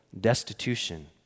destitution